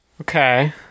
Okay